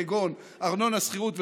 כגון ארנונה ושכירות,